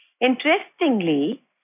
Interestingly